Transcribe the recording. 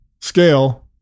scale